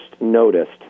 noticed